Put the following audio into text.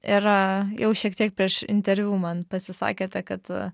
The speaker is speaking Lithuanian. ir jau šiek tiek prieš interviu man pasisakėte kad